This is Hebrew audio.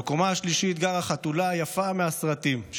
בקומה השלישית גרה חתולה יפה מהסרטים,